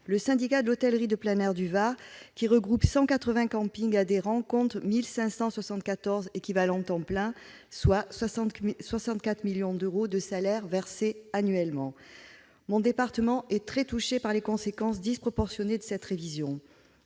Le Syndicat de l'hôtellerie de plein air du Var, qui regroupe 180 campings adhérents, compte 1 574 équivalents temps plein salariés, soit 64 millions d'euros de salaires versés annuellement. Mon département est très touché par les conséquences disproportionnées de cette révision.